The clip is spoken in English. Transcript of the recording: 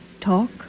talk